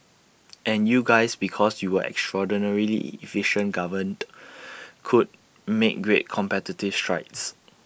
and you guys because you were extraordinarily efficient governed could make great competitive strides